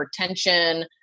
hypertension